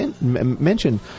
mentioned